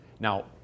Now